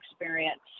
experience